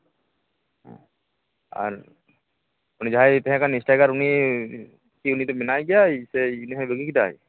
ᱟᱨ ᱩᱱᱤ ᱡᱟᱸᱦᱟᱭᱮ ᱛᱟᱦᱮᱸ ᱠᱟᱱ ᱮᱥᱴᱨᱟᱭᱜᱟᱨ ᱩᱱᱤ ᱥᱮ ᱩᱱᱤ ᱫᱚ ᱢᱮᱱᱟᱭ ᱜᱮᱭᱟᱭ ᱥᱮ ᱩᱱᱤ ᱦᱚᱸᱭ ᱵᱟᱹᱜᱤ ᱠᱮᱫᱟᱭ